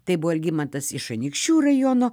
tai buvo algimantas iš anykščių rajono